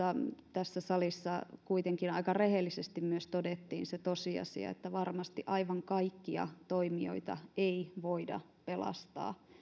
tässä salissa kuitenkin aika rehellisesti todettiin myös se tosiasia että varmasti aivan kaikkia toimijoita ei voida pelastaa